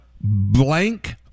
Blank